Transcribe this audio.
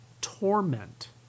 torment